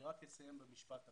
אני אציין במשפט אחד.